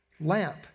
lamp